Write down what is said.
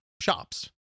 shops